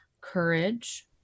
courage